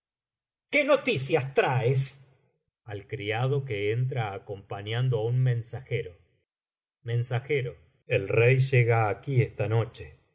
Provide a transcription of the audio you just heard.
qué noticias traes ai criado que entra acompañando á un mensajero el rey llega aquí esta noche